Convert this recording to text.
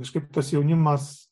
kažkaip tas jaunimas